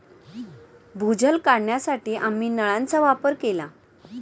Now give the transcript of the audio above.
भूजल काढण्यासाठी आम्ही नळांचा वापर केला